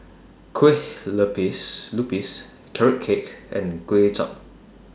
Kueh Lupis Carrot Cake and Kuay Chap